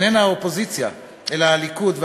איננה האופוזיציה, אלא הליכוד.